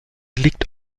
liegt